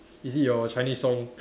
is it your Chinese song